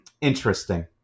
interesting